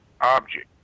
object